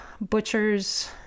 butchers